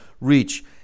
reach